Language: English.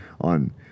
on